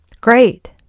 Great